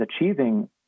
achieving